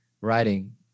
writing